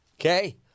Okay